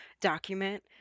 document